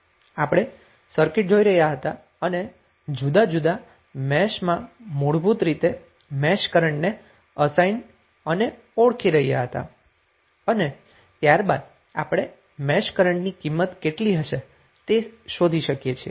આપણે સર્કિટ જોઇ રહ્યા હતા અને જુદા જુદા મેશ માં મુળભુત રીતે મેશ કરન્ટને અસાઇન અને ઓળખી રહ્યા હતા અને ત્યારબાદ આપણે મેશ કરન્ટની કિંમત કેટલી હશે તે શોધી શકીએ છીએ